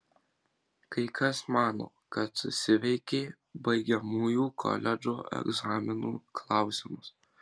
kai kas mano kad susiveikė baigiamųjų koledžo egzaminų klausimus